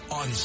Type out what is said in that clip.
on